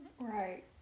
Right